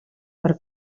per